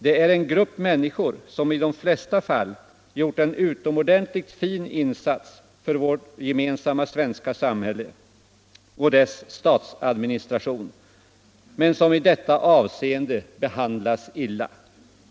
Det är en grupp människor som i de flesta fall gjort en utomordentligt fin insats för vårt gemensamma svenska samhälle och dess statsadministration men som i detta avseende behandlas illa.